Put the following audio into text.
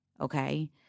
okay